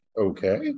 Okay